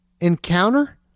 encounter